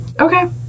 Okay